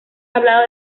hablado